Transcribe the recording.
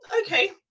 okay